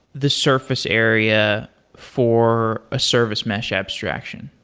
the surface area for a service mesh abstraction,